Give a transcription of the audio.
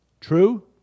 True